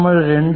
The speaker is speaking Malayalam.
നമ്മൾ 2